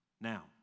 Now